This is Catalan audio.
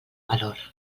valor